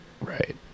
right